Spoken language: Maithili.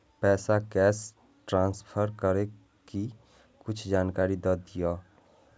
पैसा कैश ट्रांसफर करऐ कि कुछ जानकारी द दिअ